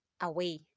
away